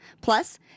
Plus